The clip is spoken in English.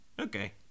Okay